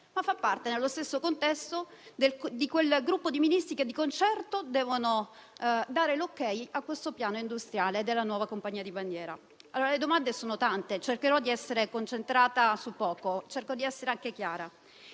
ma fa parte nello stesso contesto di quel gruppo di Ministri che di concerto devono dare il benestare al piano industriale della nuova compagnia di bandiera. Le domande sono tante, ma cercherò di concentrarmi su poco e di essere anche chiara.